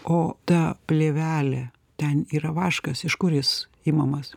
o ta plėvelė ten yra vaškas iš kur jis imamas